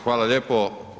Hvala lijepo.